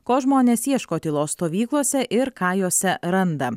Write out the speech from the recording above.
ko žmonės ieško tylos stovyklose ir ką jose randa